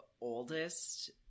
oldest